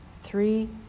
three